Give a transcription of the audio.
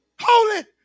Holy